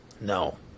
No